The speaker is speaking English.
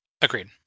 Agreed